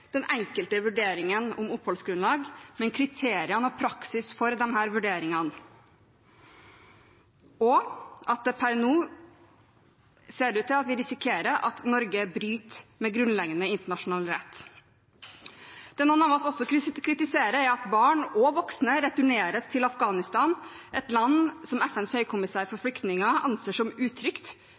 den enkelte vurderingen om oppholdsgrunnlag, men kriteriene og praksis for disse vurderingene – og at det per nå ser ut til at vi risikerer at Norge bryter med grunnleggende internasjonal rett. Det noen av oss også kritiserer, er at barn og voksne returneres til Afghanistan – et land som FNs høykommissær for flyktninger anser som